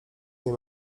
nie